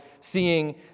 seeing